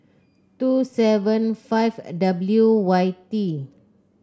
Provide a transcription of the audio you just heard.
two seven five W Y T